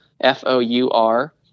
F-O-U-R